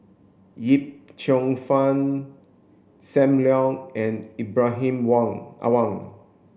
Yip Cheong Fun Sam Leong and Ibrahim Awang